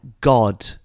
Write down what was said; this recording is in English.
god